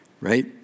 right